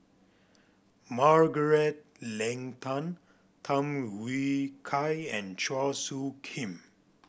Margaret Leng Tan Tham Yui Kai and Chua Soo Khim